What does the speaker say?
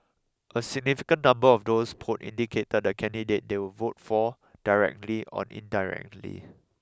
a significant number of those polled indicated the candidate they would vote for directly or indirectly